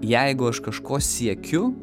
jeigu aš kažko siekiu